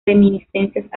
reminiscencias